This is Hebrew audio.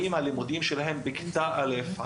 הלימודים שלהם במערכת החינוך רק בכיתה א׳,